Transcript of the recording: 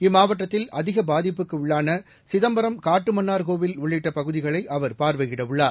இம்மாவட்டத்தில் அதிக பாதிப்புக்கு உள்ளான சிதம்பரம் காட்டுமன்னார்கோவில் உள்ளிட்ட பகுதிகளை அவர் பார்வையிட உள்ளார்